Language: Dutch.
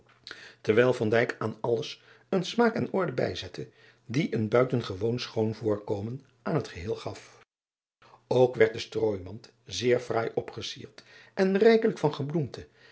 terwijl aan alles een smaak en orde bijzette die een buitengewoon schoon voorkomen aan het geheel gaf ok werd de strooimand zeer fraai opgesierd en rijkelijk van gebloemte